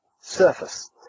surface